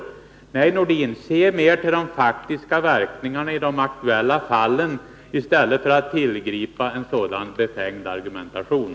Nej, Sven-Erik Nordin, se mera till de faktiska verkningarna i de aktuella fallen i stället för att tillgripa en så befängd argumentation.